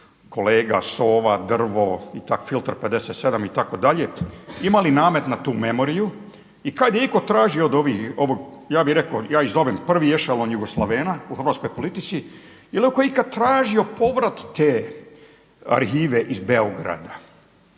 kolega Sova, Drvo, Filter 57“ i tako dalje. Ima li namet na tu memoriju? I kada je itko tražio od ovog, ja bih rekao, ja ih zovem prvi …/Govornik se ne razumije./… Jugoslavena u hrvatskoj politici, je li itko ikad tražio povrat te arhive iz Beograda?